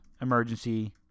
emergency